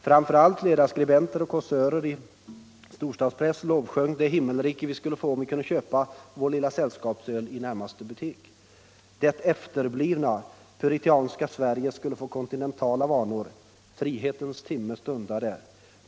Framför allt ledarskribenter och kåsörer i stockholmspressen lovsjöng det himmelrike vi skulle få om vi kunde få köpa vår lilla sällskapsöl i närmaste butik. Det efterblivna, puritanska Sverige skulle få kontinentala vanor. Frihetens timme stundade!